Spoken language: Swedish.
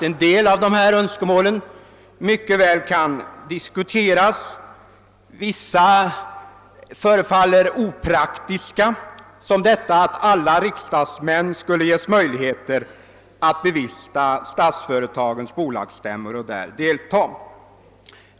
En del av deras önskemål kan mycket väl diskuteras positivt, men vissa förefaller opraktiska, t.ex. att alla riksdagsmän skall ges möjlighet att delta i statsföretagens bolagsstämmor.